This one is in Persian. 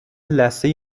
لثه